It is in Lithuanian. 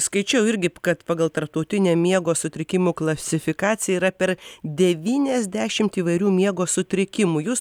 skaičiau irgi kad pagal tarptautinę miego sutrikimų klasifikaciją yra per devyniasdešimt įvairių miego sutrikimų jus